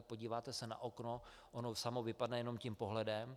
Podíváte se na okno, ono samo vypadne jenom tím pohledem.